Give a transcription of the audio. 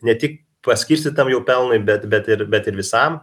ne tik paskirstytam jų pelnui bet bet ir bet ir visam